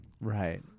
right